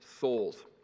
souls